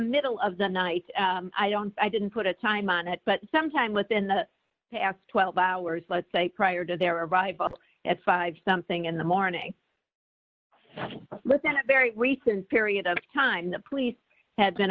middle of the night i don't i didn't put a time on it but sometime within the past twelve hours let's say prior to their arrival at five something in the morning but then a very recent period of time the police had been